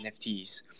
NFTs